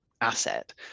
asset